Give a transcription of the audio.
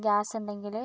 ഗ്യാസുണ്ടെങ്കിൽ